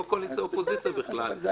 לא קואליציה אופוזיציה בכלל,